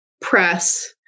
press